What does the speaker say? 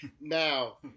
Now